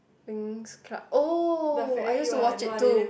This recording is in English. Winx club oh I used to watch it too